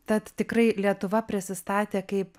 tad tikrai lietuva prisistatė kaip